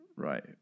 Right